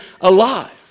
alive